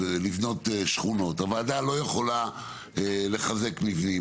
לבנות שכונות, הוועדה לא יכולה לחזק מבנים.